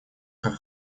как